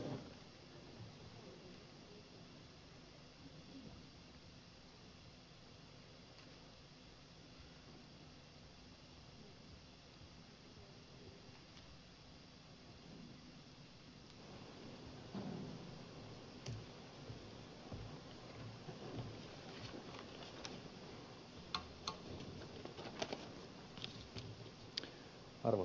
arvoisa puhemies